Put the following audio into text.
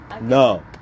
No